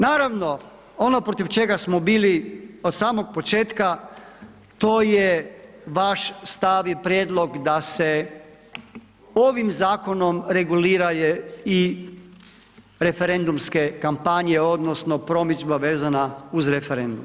Naravno ono protiv čega smo bili od samog početka to je vaš stav i prijedlog da se ovim zakonom regulira i referendumske kampanje, odnosno, promidžba vezana uz referendum.